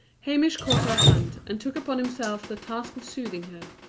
hamish caught her hand, and took upon himself the task of soothing her.